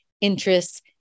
interests